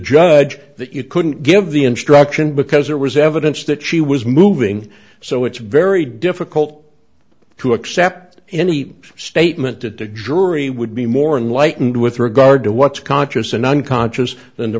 judge that you couldn't give the instruction because there was evidence that she was moving so it's very difficult to accept any statement that the jury would be more enlightened with regard to what's conscious and unconscious than the